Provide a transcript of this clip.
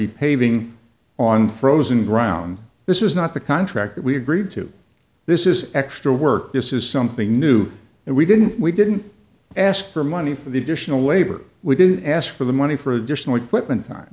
be paving on frozen ground this is not the contract that we agreed to this is extra work this is something new and we didn't we didn't ask for money for the additional labor we didn't ask for the money for additional equipment time